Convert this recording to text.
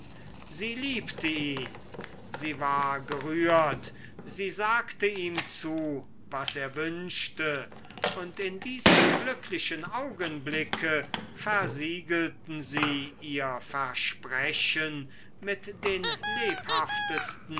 sie liebte ihn sie war gerührt sie sagte ihm zu was er wünschte und in diesem glücklichen augenblicke versiegelten sie ihr versprechen mit den lebhaftesten